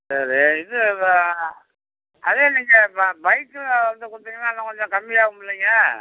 சரி இது வ அதே நீங்கள் ப பைக்கில் வந்து கொடுத்தீங்கன்னா இன்னும் கொஞ்சம் கம்மியாகுமில்லைங்க